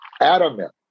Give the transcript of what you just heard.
adamant